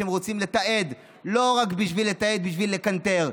שהם רוצים לתעד לא רק לתעד בשביל לקנטר,